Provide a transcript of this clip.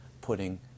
putting